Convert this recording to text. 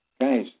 Guys